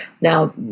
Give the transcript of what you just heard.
Now